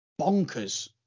bonkers